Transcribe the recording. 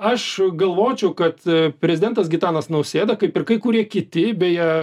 aš galvočiau kad prezidentas gitanas nausėda kaip ir kai kurie kiti beje